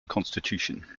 constitution